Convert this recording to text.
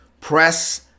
Press